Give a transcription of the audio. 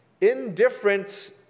Indifference